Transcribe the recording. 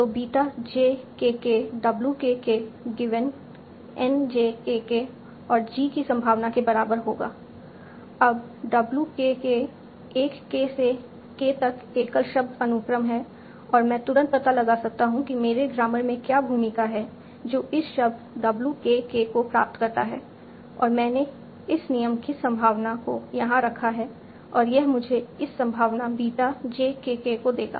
तो beta j k k W k k given N j k k और G की संभावना के बराबर होगा अब W k k एक k से k तक एकल शब्द अनुक्रम है और मैं तुरंत पता लगा सकता हूँ कि मेरे ग्रामर में क्या भूमिका है जो इस शब्द W k k को प्राप्त करता है और मैंने इस नियम की संभावना को यहाँ रखा है और यह मुझे इस संभावना बीटा j k k को देगा